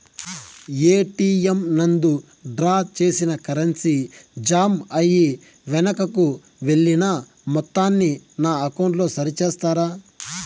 ATM నందు draw చేసిన currency జామ అయి వెనుకకు వెళ్లిన మొత్తాన్ని నా అకౌంట్ లో సరి చేస్తారా?